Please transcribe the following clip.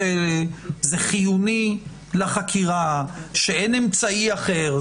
שזה חיוני לחקירה ואין אמצעי אחר.